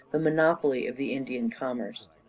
the monopoly of the indian commerce.